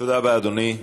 תודה רבה, אדוני.